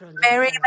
Mary